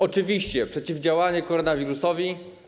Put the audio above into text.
Oczywiście przeciwdziałanie koronawirusowi.